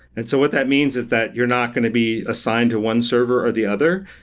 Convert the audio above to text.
and so what that means is that you're not going to be assigned to one server or the other.